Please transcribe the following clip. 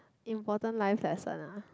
important life lesson ah